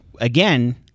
again